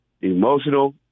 emotional